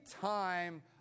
time